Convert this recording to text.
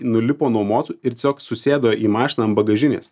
nulipo nuo mocų ir tiesiog susėdo į mašiną ant bagažinės